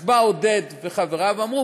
אז באו עודד וחבריו ואמרו